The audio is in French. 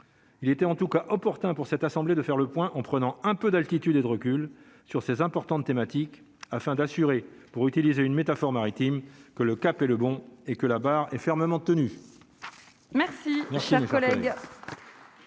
il était en tout cas, opportun pour cette assemblée de faire le point en prenant un peu d'altitude et de recul sur ses importantes thématiques afin d'assurer, pour utiliser une métaphore maritime que le cap est le bon et que la barre est fermement tenue. Merci mon cher collègue.